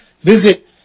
Visit